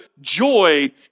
joy